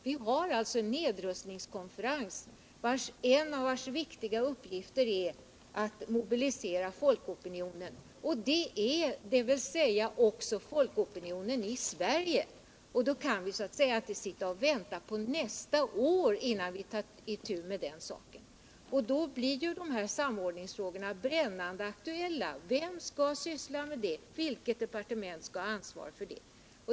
Vi har en nedrustningskonferens, och en av de viktiga uppgifterna där är att mobilisera folkopinionen, dvs. också folkopinionen i Sverige. Då kan man inte sitta och vänta på nästa år innan man tar itu med den saken, och då blir samordningsfrågorna brännande aktuella. Vem skall syssla med detta? Vilket departement skall ha ansvaret?